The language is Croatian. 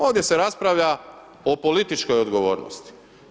Ovdje se raspravlja o političkoj odgovornosti.